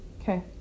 Okay